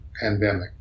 pandemic